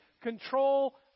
control